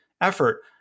effort